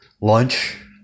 lunch